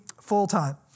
full-time